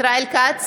ישראל כץ,